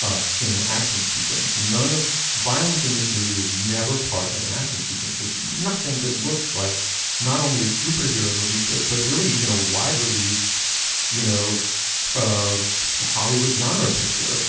ah in an action sequence. none of violence in this movie is never part of an action sequence. there's nothing that looks like not only a superhero movie but but really even a wide release you know hollywood genre picture.